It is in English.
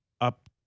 up